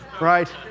Right